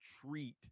treat